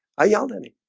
i yelled at him.